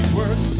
work